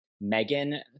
Megan